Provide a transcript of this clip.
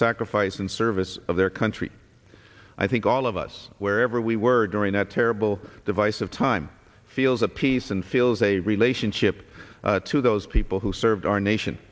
sacrifice in service of their country i think all of us wherever we were during that terrible divisive time feels a peace and feels a relationship to those people who served our nation